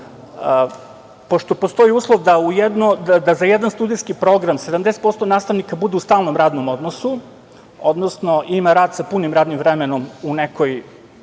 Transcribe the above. pošto postoji uslov da za jedan studijski program 70% nastavnika budu u stalnom radnom odnosu, odnosno ima rad sa punim radnim vremenom u nekoj